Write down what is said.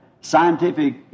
scientific